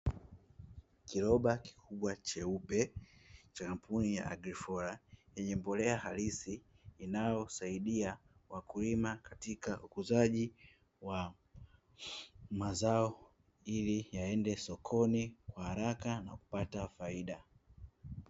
Kiroba kikubwa cheupe cha kampuni ya "Agrifola", yenye mbolea halisi. Inayosaidia wakulima katika ukuzaji wa mazao ili yaende sokoni kwa haraka na kupata faida.